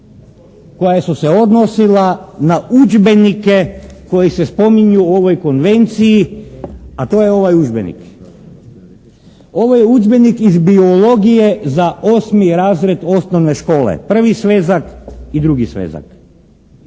koja su se odnosila na udžbenike koji se spominju u ovoj konvenciji a to je ovaj udžbenik. Ovo je udžbenik iz biologije za 8. razred osnovne škole, prvi svezak i drugi svezak.